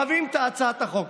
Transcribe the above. מביאים את הצעת החוק.